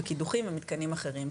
קידוחים ומתקנים אחרים".